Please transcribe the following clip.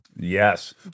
Yes